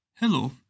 Hello